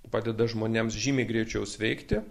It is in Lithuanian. padeda žmonėms žymiai greičiau sveikti